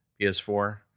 PS4